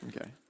Okay